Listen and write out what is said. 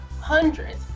hundreds